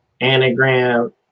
anagram